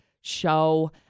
show